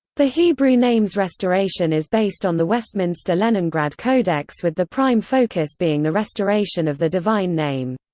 the hebrew names restoration is based on the westminster leningrad codex with the prime focus being the restoration of the divine name.